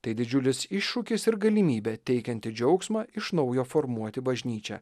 tai didžiulis iššūkis ir galimybė teikianti džiaugsmą iš naujo formuoti bažnyčią